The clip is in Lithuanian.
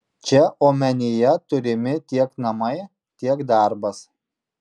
čia omenyje turimi tiek namai tiek darbas